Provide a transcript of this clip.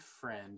friend